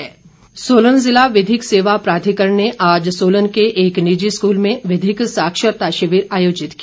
शिविर सोलन ज़िला विधिक सेवा प्राधिकरण ने आज सोलन के एक निजी स्कूल में विधिक साक्षरता शिविर आयोजित किया